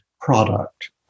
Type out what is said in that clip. product